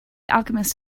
alchemist